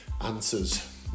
answers